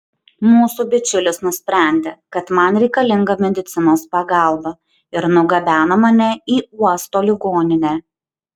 mūsų bičiulis nusprendė kad man reikalinga medicinos pagalba ir nugabeno mane į uosto ligoninę